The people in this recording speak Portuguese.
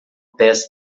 peça